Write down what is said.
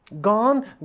Gone